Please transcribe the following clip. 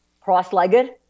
cross-legged